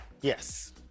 yes